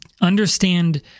understand